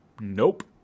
Nope